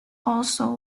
also